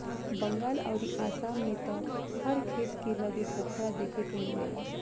बंगाल अउरी आसाम में त हर खेत के लगे पोखरा देखे के मिलेला